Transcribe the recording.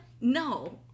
No